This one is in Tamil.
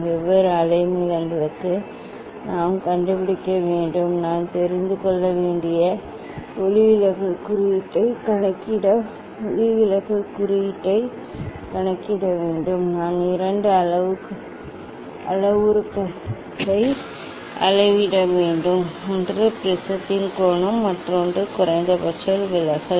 வெவ்வேறு அலைநீளங்களுக்கு நாம் கண்டுபிடிக்க வேண்டும் நான் தெரிந்து கொள்ள வேண்டிய ஒளிவிலகல் குறியீட்டைக் கணக்கிட ஒளிவிலகல் குறியீட்டைக் கணக்கிட வேண்டும் நான் இரண்டு அளவுருக்களை அளவிட வேண்டும் ஒன்று ப்ரிஸத்தின் கோணம் மற்றொன்று குறைந்தபட்ச விலகல்